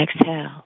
exhale